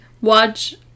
watch